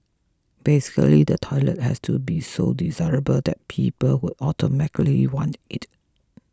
basically the toilet has to be so desirable that people would automatically want it